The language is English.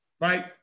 right